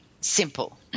simple